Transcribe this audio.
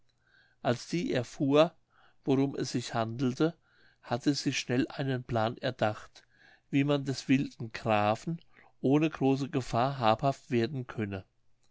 als die erfuhr warum es sich handelte hatte sie schnell einen plan erdacht wie man des wilden grafen ohne große gefahr habhaft werden könne